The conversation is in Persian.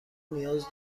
نیاز